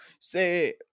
say